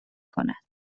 کند